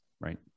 right